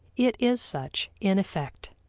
it is such in effect.